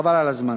חבל על הזמן.